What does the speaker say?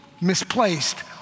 misplaced